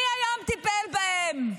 מי היום טיפל בהם?